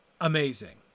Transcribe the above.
amazing